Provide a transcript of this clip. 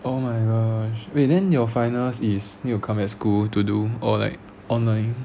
oh my gosh wait then your finals is need to come back school to do or like online